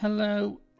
Hello